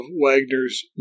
Wagner's